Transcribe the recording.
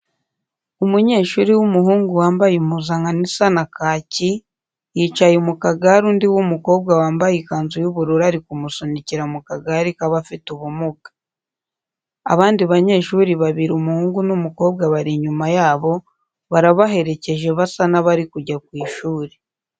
Umunyeshuri w'umuhungu wambaye impuzankano isa na kaki, yicaye mu kagare undi w'umukobwa wambaye ikanzu y'ubururu ari kumusunika mu kagare k'abafite ubumuga. Abandi banyeshuri babiri umuhungu n'umukobwa bari inyuma yabo barabaherekeje basa n'abari kujya ku ishuri.